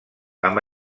amb